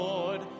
Lord